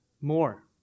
More